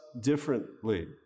differently